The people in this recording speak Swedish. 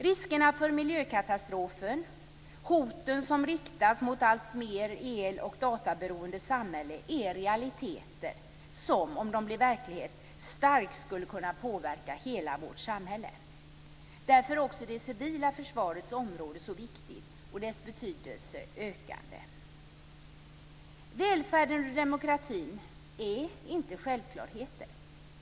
Riskerna för miljökatastrofer och hoten som riktas mot ett alltmer el och databeroende samhälle är realiteter som, om de blir verklighet, starkt skulle kunna påverka hela vårt samhälle. Därför är också det civila försvaret så viktigt och dess betydelse ökande. Välfärden och demokratin är inte självklara.